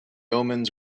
omens